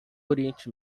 oriente